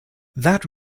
that